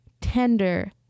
tender